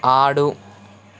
ఆడు